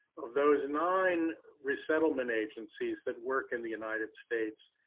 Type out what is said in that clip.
of those nine resettlement agencies that work in the united states,